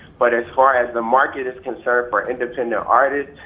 but as far as the market is concerned for independent artists,